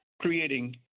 creating